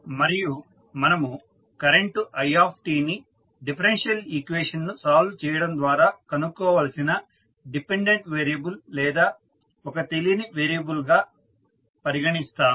మరియు మనము current i ని డిఫరెన్షియల్ ఈక్వేషన్ ను సాల్వ్ చేయడం ద్వారా కనుక్కోవలసిన డిపెండెంట్ వేరియబుల్ లేదా ఒక తెలియని వేరియబుల్ గా పరిగణిస్తాము